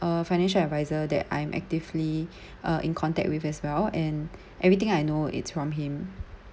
a financial adviser that I'm actively uh in contact with as well and everything I know it's from him